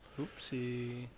Oopsie